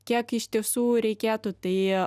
kiek iš tiesų reikėtų tai